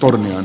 nurminen